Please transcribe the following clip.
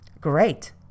Great